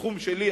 התחום שלי,